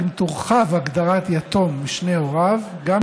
אם תורחב הגדרת "יתום משני הוריו" גם